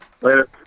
Later